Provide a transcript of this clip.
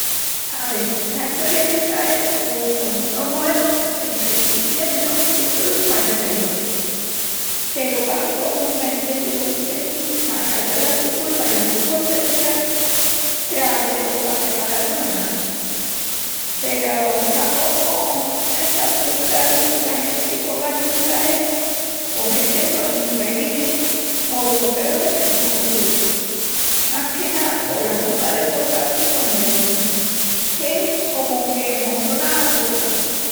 Ave, la Estoria d'Israel, pos comu Estau moernu, emprencipia nel mil nuevicientus i quarenta-i-ochu, peru pahi comu un ententu d'ocidenti pa acallal la su culpa i la su concencia tras delo qu'aprepararun los nazis. Peru tapocu no está mu craru si la genti qu'ogañu es Israel pos es que sonin israelinis o uropeus de religión judía. Más que ná pola horma de portal-si colos vezinus, qu'es como que mos sona d'Uropa.